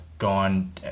gone